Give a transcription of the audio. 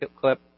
clip